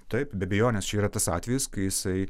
taip be abejonės čia yra tas atvejis kai jisai